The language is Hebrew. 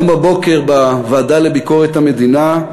היום בבוקר, בוועדה לביקורת המדינה,